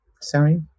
sorry